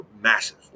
massive